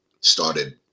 started